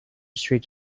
street